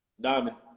diamond